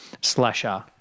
slasher